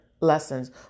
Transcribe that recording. lessons